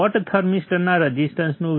hot થર્મિસ્ટરના રઝિસ્ટન્સનું value 0